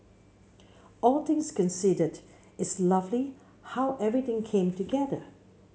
all things considered it's lovely how everything came together